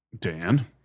Dan